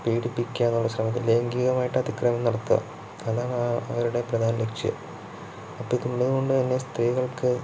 പീഡിപ്പിക്കാനുള്ള ശ്രമത്തില് ലൈംഗികമായിട്ട് അതിക്രമം നടത്തുക അതാണ് അവരുടെ പ്രധാന ലക്ഷ്യം അപ്പോൾ ഇതുള്ളതുകൊണ്ടുതന്നെ സ്ത്രീകൾക്ക്